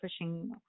pushing